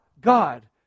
God